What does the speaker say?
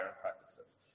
practices